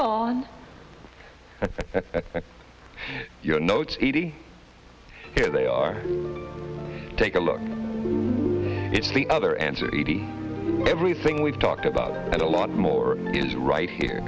gone your notes eighty here they are take a look it's the other answer e d everything we've talked about and a lot more news right here